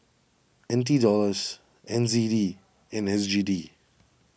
N T Dollars N Z D and S G D